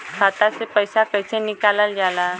खाता से पैसा कइसे निकालल जाला?